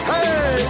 Hey